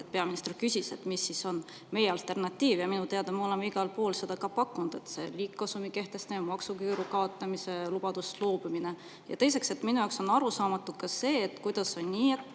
Peaminister küsis, et mis siis on meie alternatiiv. Minu teada me oleme igal pool seda ka pakkunud, et see on liigkasumi [maksu] kehtestamine, maksuküüru kaotamise lubadusest loobumine. Ja teiseks, minu jaoks on arusaamatu ka see, kuidas on nii, et